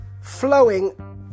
flowing